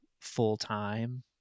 full-time